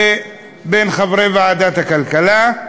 בין חברי ועדת הכלכלה.